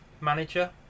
manager